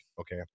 okay